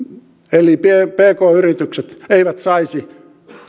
eli pk yritykset eivät saisi